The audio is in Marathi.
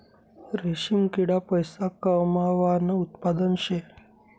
रेशीम किडा पैसा कमावानं उत्पादन शे